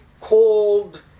cold